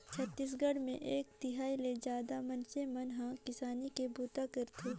छत्तीसगढ़ मे एक तिहाई ले जादा मइनसे मन हर किसानी के बूता करथे